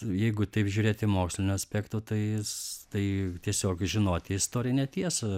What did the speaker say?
jeigu taip žiūrėti moksliniu aspektu tai jis tai tiesiog žinoti istorinę tiesą